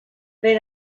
per